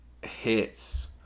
hits